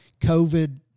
COVID